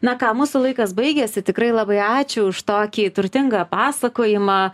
na ką mūsų laikas baigėsi tikrai labai ačiū už tokį turtingą pasakojimą